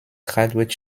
graduate